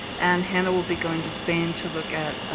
and hannah will be going to spain to look at